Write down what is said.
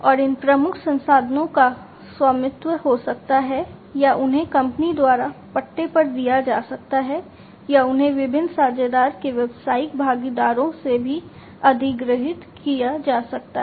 और इन प्रमुख संसाधनों का स्वामित्व हो सकता है या उन्हें कंपनी द्वारा पट्टे पर दिया जा सकता है या उन्हें विभिन्न साझेदार के व्यावसायिक भागीदारों से भी अधिग्रहित किया जा सकता है